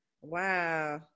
Wow